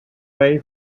clay